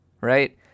Right